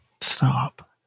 Stop